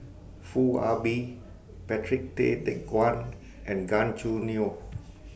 Foo Ah Bee Patrick Tay Teck Guan and Gan Choo Neo